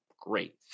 Great